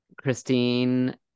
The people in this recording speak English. Christine